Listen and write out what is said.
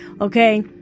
Okay